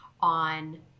on